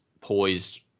poised